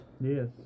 Yes